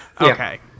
Okay